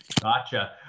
Gotcha